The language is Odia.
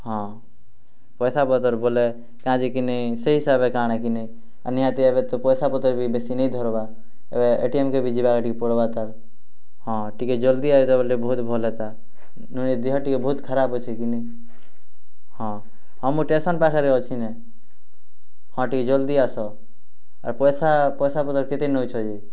ହଁ ପଏସା ପତର୍ ବୋଲେ କାଁଜେକିନି ସେ ହିସାବ୍ରେ କାଣାକିନି ନିହାତି ଭାବେ ତ ପଏସା ପତର୍ ବି ବେଶୀ ନେଇ ଧର୍ବା ଏବେ ଏ ଟି ଏମ୍ କେବେ ଯିବାକେ ଟିକେ ପଡ଼୍ବା ତା ହଁ ଟିକେ ଜଲ୍ଦି ଆଏତ ବୋଲେ ଟିକେ ବହୁତ୍ ଭଲ୍ ହେତା ନୁନିର୍ ଦେହ ଟିକେ ବହୁତ୍ ଖରାପ୍ ଅଛେକିନି ହଁ ହଁ ମୁଁ ଷ୍ଟେସନ୍ ପାଖରେ ଅଛେନେ ହଁ ଟିକେ ଜଲ୍ଦି ଆସ ଆର୍ ପଏସା ପଏସା ପତର୍ କେତେ ନଉଛ ଯେ